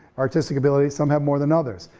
artistic ability, some have more than others.